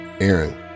Aaron